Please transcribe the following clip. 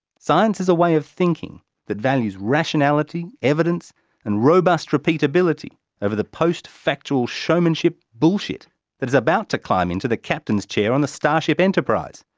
science is a way of thinking that values rationality, evidence and robust repeatability over the post-factual showmanship bullshit that is about to climb into the captain's chair on the starship enterprise.